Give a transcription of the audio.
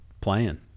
playing